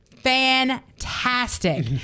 fantastic